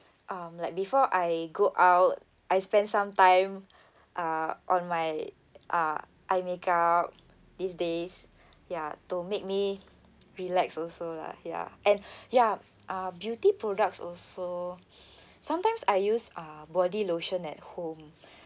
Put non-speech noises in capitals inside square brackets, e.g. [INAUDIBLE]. um like before I go out I spend some time uh on my uh eye make up these days ya to make me relax also lah ya and ya uh beauty products also [BREATH] sometimes I use uh body lotion at home